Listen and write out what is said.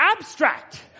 abstract